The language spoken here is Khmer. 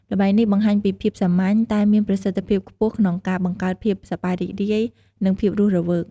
ល្បែងនេះបង្ហាញពីភាពសាមញ្ញ តែមានប្រសិទ្ធភាពខ្ពស់ក្នុងការ បង្កើតភាពសប្បាយរីករាយ និងភាពរស់រវើក។